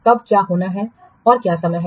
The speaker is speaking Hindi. कब क्या होना है और क्या समय है